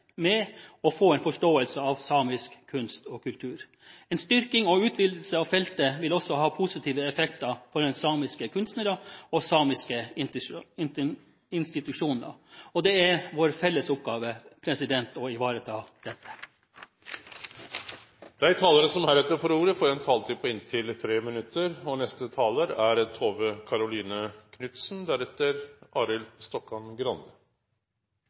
med og få en forståelse av samisk kunst og kultur. En styrking og utvidelse av feltet vil også ha positive effekter for samiske kunstnere og for samiske institusjoner, og det er vår felles oppgave å ivareta dette. Dei talarane som heretter får ordet, har ei taletid på inntil